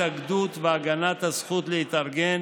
בדבר חופש ההתאגדות והגנת הזכות להתארגן,